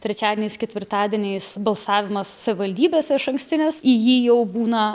trečiadieniais ketvirtadieniais balsavimas savivaldybėse išankstinis į jį jau būna